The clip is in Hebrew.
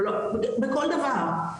בכל דבר,